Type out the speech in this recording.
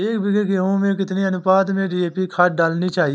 एक बीघे गेहूँ में कितनी अनुपात में डी.ए.पी खाद डालनी चाहिए?